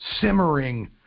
simmering